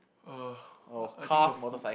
uh I I think will full